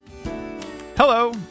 hello